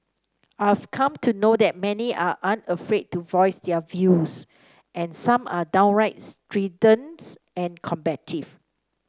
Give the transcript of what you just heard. I've come to know that many are unafraid to voice their views and some are downright strident and combative